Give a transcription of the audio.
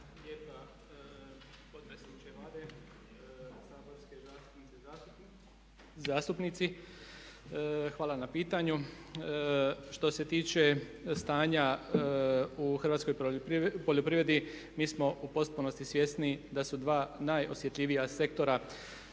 hvala na pitanju. Što se tiče stanja u hrvatskoj poljoprivredi mi smo u potpunosti svjesni da su dva najosjetljivija sektora